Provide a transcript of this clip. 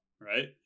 right